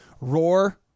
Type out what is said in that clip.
roar